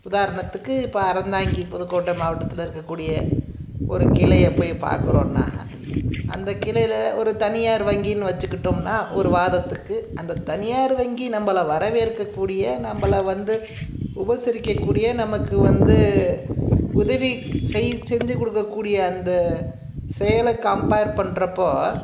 உதாரணத்துக்கு இப்போ அறந்தாங்கி புதுக்கோட்டை மாவட்டத்தில் இருக்க கூடிய ஒரு கிளையை போய் பார்க்கறோனா அந்த கிளையில் ஒரு தனியார் வங்கினு வச்சுகிட்டோம்னா ஒரு வாதத்துக்கு அந்த தனியார் வங்கி நம்பளை வரவேற்கக்கூடிய நம்பளை வந்து உபசரிக்க கூடிய நமக்கு வந்து உதவி செய் செஞ்சுக்கொடுக்க கூடிய அந்த செயலை கம்பேர் பண்ணுறப்போ